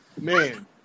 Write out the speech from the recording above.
Man